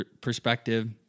perspective